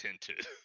tinted